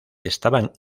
estaban